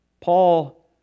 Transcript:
Paul